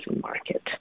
market